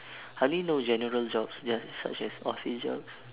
I only know general jobs just such as office jobs